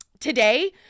Today